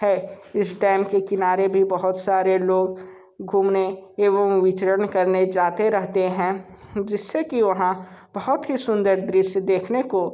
है इस डैम के किनारे भी बहुत सारे लोग घूमने एवं विचरण करने जाते रहते हैं जिस से कि वहाँ बहुत ही सुंदर दृश्य देखने को